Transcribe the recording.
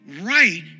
right